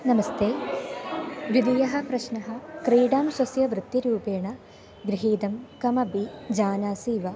नमस्ते द्वितीयः प्रश्नः क्रीडां स्वस्य वृत्तिरूपेण गृहीतं कमपि जानासि वा